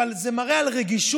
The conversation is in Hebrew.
אבל זה מראה על רגישות